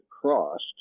crossed